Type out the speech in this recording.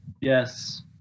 Yes